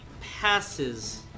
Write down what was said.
passes